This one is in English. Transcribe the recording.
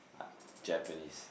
Japanese